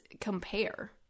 compare